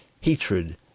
Hatred